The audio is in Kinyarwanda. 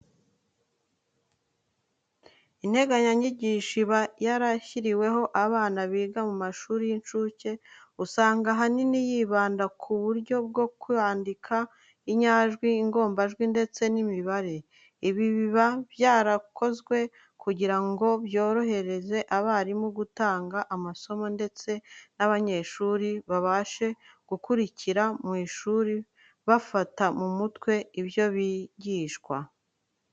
Integanyanyigisho iba yarashyiriweho abana biga mu mashuri y'incuke, usanga ahanini yibanda ko buryo bwo kwandika inyajwi, ingombajwi ndetse n'imibare. Ibi biba byarakozwe kugira ngo byorohere abarimu gutanga amasomo ndetse n'abanyeshuri babashe gukurikira mu ishuri bafate mu mutwe ibyo bigishwa.